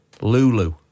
Lulu